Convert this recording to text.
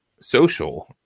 social